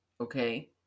okay